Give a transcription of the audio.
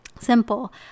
simple